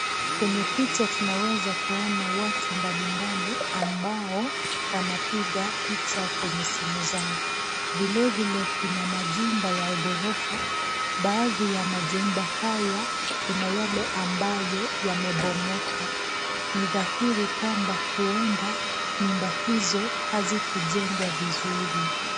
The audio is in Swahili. Kwenye picha tunaweza kuona watu mbali mbali ambao wanapiga picha kwenye simu zao. Vile vile kuna majumba ya ghorofa. Baadhi ya majumba haya, kuna yale ambayo yamebomoka. Ni dhahiri kwamba huenda nyumba hizo hazikujengwa vizuri.